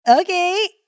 Okay